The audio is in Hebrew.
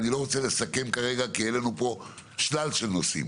אני לא רוצה לסכם כרגע כי היו לנו שלל של נושאים.